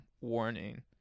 warning